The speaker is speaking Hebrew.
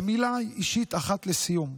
ומילה אישית אחת לסיום.